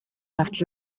явдал